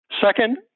Second